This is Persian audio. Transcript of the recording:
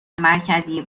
مرکزی